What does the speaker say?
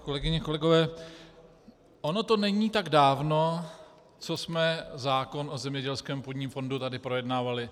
Kolegyně a kolegové, ono to není tak dávno, co jsme zákon o zemědělském půdním fondu tady projednávali.